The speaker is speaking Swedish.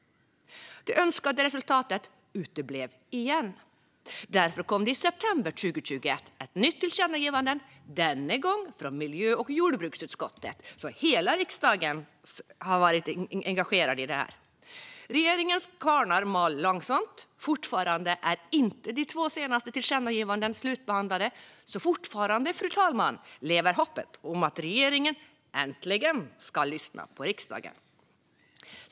Det önskade resultatet uteblev igen, och därför kom det i september 2021 ett nytt tillkännagivande, denna gång från miljö och jordbruksutskottet. Hela riksdagen har alltså varit engagerad i detta. Regeringens kvarnar mal långsamt. De två senaste tillkännagivandena är fortfarande inte slutbehandlade, så, fru talman, fortfarande lever hoppet om att regeringen äntligen ska lyssna på riksdagen.